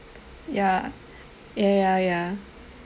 ya ya ya ya